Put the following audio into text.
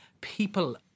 people